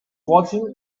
watching